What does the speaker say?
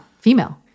female